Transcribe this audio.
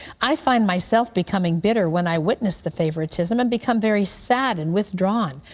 i find myself becoming bitter when i witness the favortism and become very sad and withdrawn.